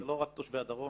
אלה לא רק תושבי הדרום,